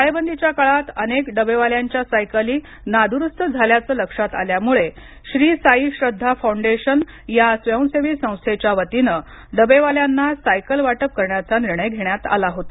टाळेबंदीच्या काळात अनेक डबेवाल्यांच्या सायकली नादुरुस्त झाल्याचं लक्षात आल्यामुळे श्री साई श्रद्धा फाँडेशनच्या या स्वयंसेवी संस्थेच्या वतीनं डबेवाल्यांना सायकल वाटप करण्याचा निर्णय घेण्यात आला होता